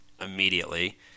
immediately